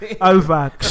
Over